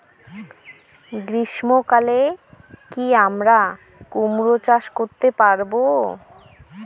গ্রীষ্ম কালে কি আমরা কুমরো চাষ করতে পারবো?